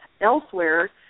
elsewhere